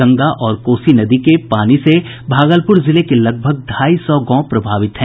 गंगा और कोसी नदी के पानी से भागलपुर जिले के लगभग ढाई सौ गांव प्रभावित हैं